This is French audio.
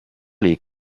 les